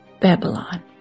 Babylon